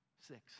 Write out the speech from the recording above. six